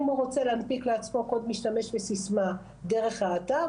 אם הוא רוצה להנפיק לעצמו קוד משתמש וסיסמה דרך האתר,